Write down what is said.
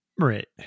right